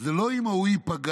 זה לא אם ההוא ייפגע,